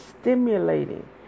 stimulating